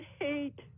hate